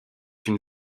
une